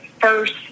first